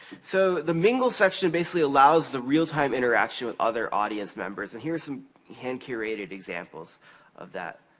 so, the mingle section basically allows the realtime interaction with other audience members. and here are some hand-curated examples of that.